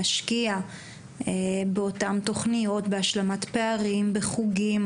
להשקיע בתוכניות של השלמת פערים ובחוגים,